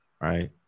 right